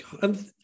God